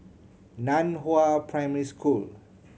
Nan Hua Primary School